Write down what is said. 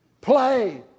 Play